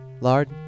Lard